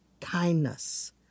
kindness